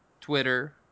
Twitter